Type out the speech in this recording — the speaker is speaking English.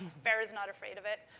farrah is not afraid of it.